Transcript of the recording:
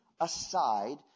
aside